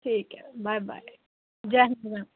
ठीक ऐ bye bye जय हिंद मैम